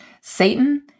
Satan—